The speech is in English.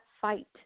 fight